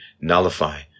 nullify